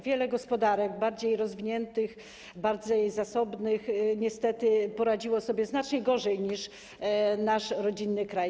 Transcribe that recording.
Wiele gospodarek bardziej rozwiniętych, bardziej zasobnych niestety poradziło sobie znacznie gorzej niż nasz rodzinny kraj.